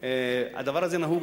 הדבר הזה נהוג,